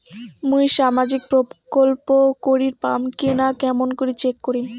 মুই সামাজিক প্রকল্প করির পাম কিনা কেমন করি চেক করিম?